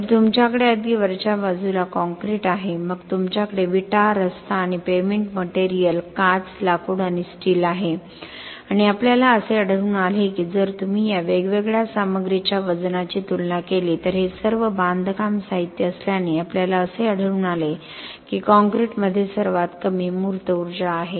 तर तुमच्याकडे अगदी वरच्या बाजूला काँक्रीट आहे मग तुमच्याकडे विटा रस्ता आणि पेमेंट मटेरियल काच लाकूड आणि स्टील आहे आणि आपल्याला असे आढळून आले की जर तुम्ही या वेगवेगळ्या सामग्रीच्या वजनाची तुलना केली तर हे सर्व बांधकाम साहित्य असल्याने आपल्याला असे आढळून आले की काँक्रीटमध्ये सर्वात कमी मूर्त ऊर्जा आहे